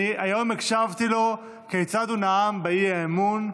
היום הקשבתי לו כיצד הוא נאם באי-אמון,